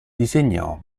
disegnò